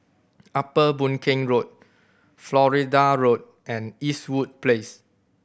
Upper Boon Keng Road Florida Road and Eastwood Place